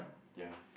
ya